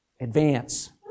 advance